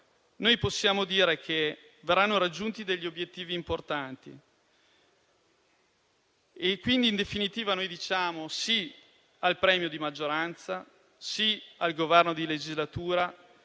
possiamo dire che verranno raggiunti degli obiettivi importanti. In definitiva diciamo sì al premio di maggioranza, sì al Governo di legislatura,